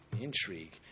intrigue